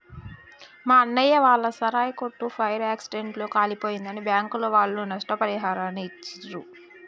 మా అన్నయ్య వాళ్ళ సారాయి కొట్టు ఫైర్ యాక్సిడెంట్ లో కాలిపోయిందని బ్యాంకుల వాళ్ళు నష్టపరిహారాన్ని ఇచ్చిర్రు